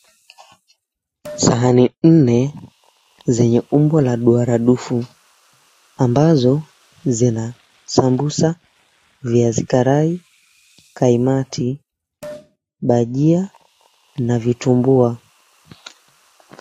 Sahani nne zenye umbo la duaradufu ambazo zina sambusa, viazi karai, kaimati, bajia na vitumbua.